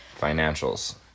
Financials